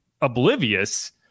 oblivious